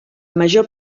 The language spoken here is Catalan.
major